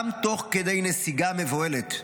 גם תוך כדי נסיגה מבוהלת,